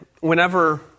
whenever